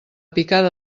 picada